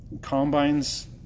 Combines